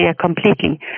completely